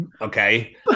okay